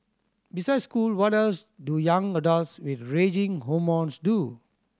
besides school what else do young adults with raging hormones do